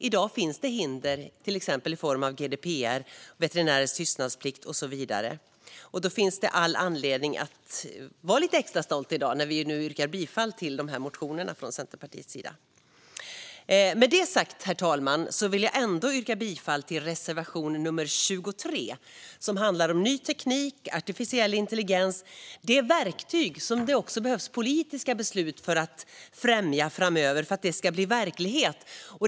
I dag finns det hinder, till exempel i form av GDPR, veterinärers tystnadsplikt och så vidare. Det finns all anledning att vara lite extra stolt i dag, när vi nu yrkar bifall till de här motionerna från Centerpartiets sida. Med det sagt, herr talman, vill jag ändå yrka bifall till reservation nummer 23, som handlar om ny teknik och artificiell intelligens. För att dessa verktyg ska bli verklighet framöver behövs det politiska beslut som främjar dem.